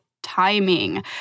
timing